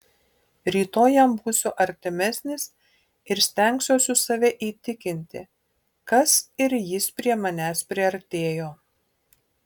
rytoj jam būsiu artimesnis ir stengsiuosi save įtikinti kas ir jis prie manęs priartėjo